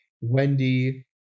Wendy